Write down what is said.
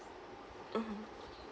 mmhmm